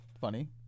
funny